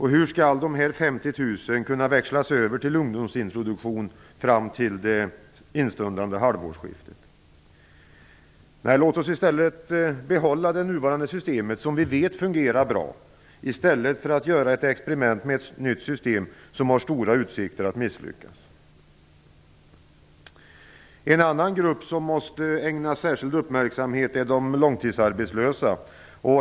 Hur skall dessa 50 000 kunna växlas över till ungdomsintroduktion fram till det instundande halvårsskiftet? Låt oss i stället behålla det nuvarande systemet som vi vet fungerar bra i stället för att göra ett experiment med ett nytt system som har stora utsikter att misslyckas. En annan grupp som måste ägnas särskild uppmärksamhet är de långtidsarbetslösa.